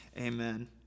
amen